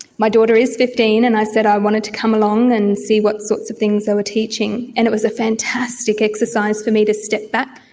my daughter is fifteen and i said i wanted to come along and see what sorts of things they were teaching, and it was a fantastic exercise for me to step back.